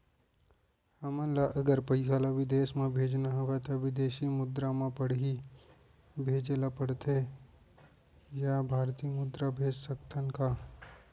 हमन ला अगर पइसा ला विदेश म भेजना हवय त विदेशी मुद्रा म पड़ही भेजे ला पड़थे या भारतीय मुद्रा भेज सकथन का?